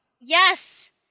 Yes